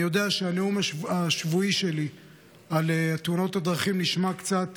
אני יודע שהנאום השבועי שלי על תאונות הדרכים נשמע קצת